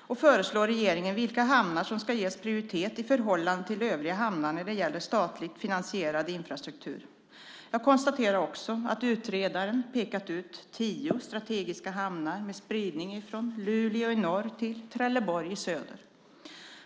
och föreslå regeringen vilka hamnar som ska ges prioritet i förhållande till övriga hamnar när det gäller statligt finansierad infrastruktur. Jag konstaterar också att utredaren pekat ut tio strategiska hamnar med spridning från Luleå i norr till Trelleborg i söder.